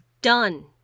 done